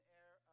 air